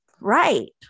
Right